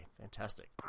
fantastic